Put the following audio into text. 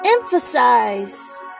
emphasize